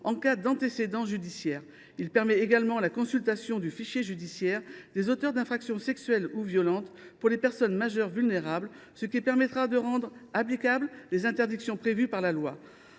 en cas d’antécédents judiciaires. Il permet également la consultation du fichier judiciaire national automatisé des auteurs d’infractions sexuelles ou violentes (Fijais) pour les personnes majeures vulnérables, ce qui permettra de rendre applicables les interdictions prévues par la loi.